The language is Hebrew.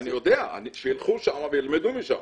אני יודע שילכו לשם וילמדו שם.